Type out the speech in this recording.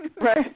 Right